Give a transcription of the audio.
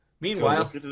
Meanwhile